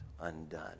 undone